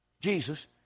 Jesus